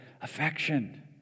affection